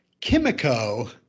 Kimiko